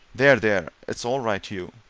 there, there, it's all right, hugh!